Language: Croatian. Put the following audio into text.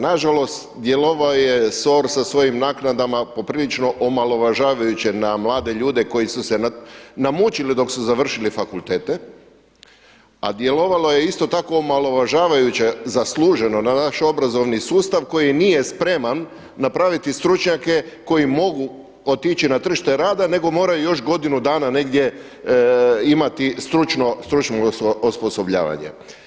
Nažalost, djelovao je SOR sa svom naknadama poprilično omalovažavajuće na mlade ljude koji su se namučili dok su završili fakultete, a djelovalo je isto tako omalovažavajuće zasluženo na naš obrazovni sustav koji nije spreman napraviti stručnjake koji mogu otići na tržište rada nego moraju još godinu dana negdje imati stručno osposobljavanje.